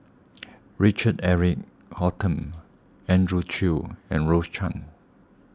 Richard Eric Holttum Andrew Chew and Rose Chan